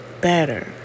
better